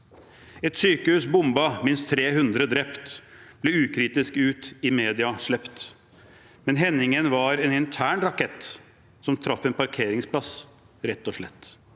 «Et sykehus bombet, minst 300 drept», ble ukritisk ut i media sluppet, men hendelsen var en intern rakett som traff en parkeringsplass, rett og slett.